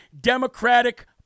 Democratic